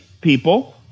people